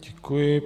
Děkuji.